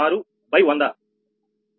6100 3